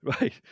right